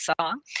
song